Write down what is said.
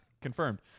Confirmed